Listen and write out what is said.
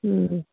ꯎꯝ